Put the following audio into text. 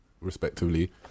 respectively